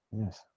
Yes